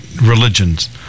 religions